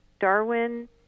Darwin